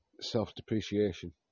self-depreciation